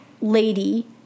lady